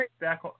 back